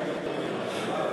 הצעת